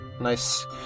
Nice